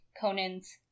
conan's